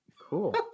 Cool